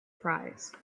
prize